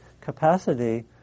capacity